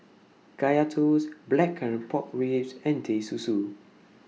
Kaya Toast Blackcurrant Pork Ribs and Teh Susu